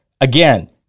Again